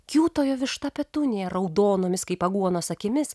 kiūtojo višta petunija raudonomis kaip aguonos akimis